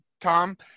Tom